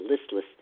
listless